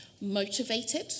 motivated